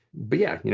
but yeah,